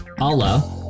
Allah